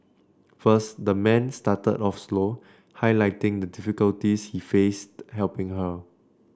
first the man started off slow highlighting the difficulties he faced helping her